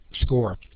score